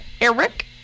Eric